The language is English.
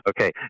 Okay